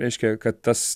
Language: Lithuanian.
reiškia kad tas